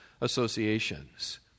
associations